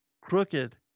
crooked